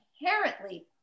inherently